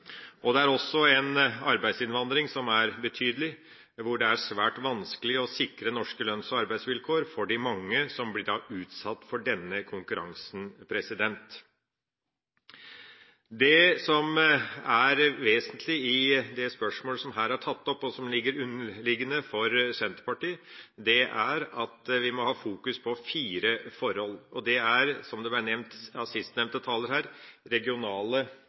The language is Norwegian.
Det er også en arbeidsinnvandring som er betydelig, hvor det er svært vanskelig å sikre norske lønns- og arbeidsvilkår for de mange som blir utsatt for denne konkurransen. Det som er vesentlig i det spørsmålet som er tatt opp her, og som er underliggende for Senterpartiet, er at vi må ha fokus på fire forhold. Det er, som det ble nevnt fra sistnevnte taler, regionale